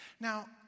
Now